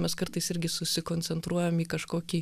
mes kartais irgi susikoncentruojam į kažkokį